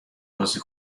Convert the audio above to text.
بازی